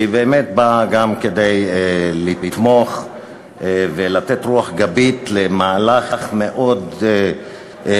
באה באמת גם כדי לתמוך ולתת רוח גבית למהלך מאוד משמעותי.